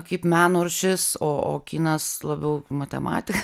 kaip meno rūšis o kinas labiau matematika